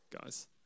guys